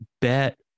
bet